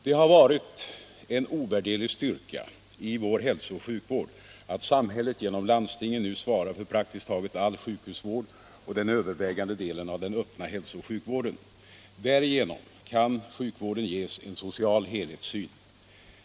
Det har varit en ovärderlig styrka i vår hälso och sjukvård att samhället genom landstingen nu svarar för praktiskt taget all sjukhusvård och den övervägande delen av den öppna hälso och sjukvården. Därigenom kan sjukvården ges en social helhetssyn.